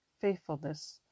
faithfulness